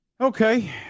Okay